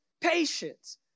patience